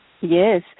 Yes